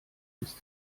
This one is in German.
ist